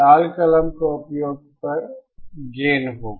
लाल कलम का उपयोग पर गेन होगा